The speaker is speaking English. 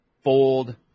Fold